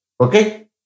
Okay